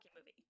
movie